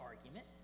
argument